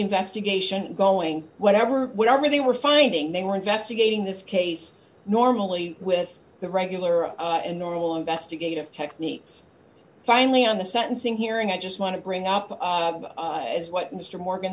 investigation going whatever whatever they were finding they were investigating this case normally with the regular and normal investigative techniques finally on the sentencing hearing i just want to bring up is what mr morgan